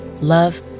love